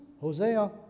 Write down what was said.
Hosea